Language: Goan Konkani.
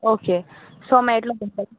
ओके सो मेळटलो तुमकां